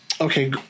Okay